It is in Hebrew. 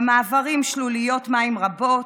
במעברים שלוליות מים רבות.